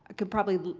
could probably but